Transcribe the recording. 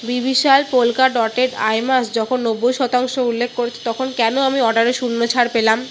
B Vishal polka dotted eye mask যখন নব্বই শতাংশ উল্লেখ করেছে তখন কেন আমি অর্ডারে শূন্য ছাড় পেলাম